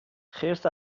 خرس